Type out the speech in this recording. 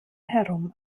herum